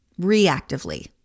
reactively